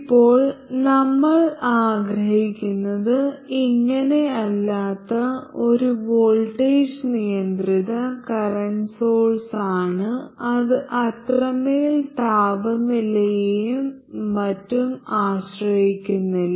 ഇപ്പോൾ നമ്മൾ ആഗ്രഹിക്കുന്നത് ഇങ്ങനെ അല്ലാത്ത ഒരു വോൾട്ടേജ് നിയന്ത്രിത കറന്റ് സോഴ്സ് ആണ് അത് അത്രമേൽ താപനിലയെയും മറ്റും ആശ്രയിക്കുന്നില്ല